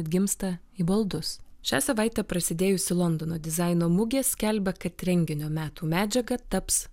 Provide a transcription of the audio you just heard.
atgimsta į baldus šią savaitę prasidėjusi londono dizaino mugė skelbia kad renginio metų medžiaga taps